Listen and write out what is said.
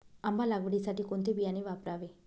आंबा लागवडीसाठी कोणते बियाणे वापरावे?